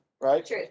right